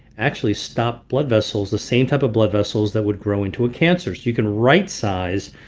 actually stop blood vessels, the same type of blood vessels that would grow into a cancer, you can right size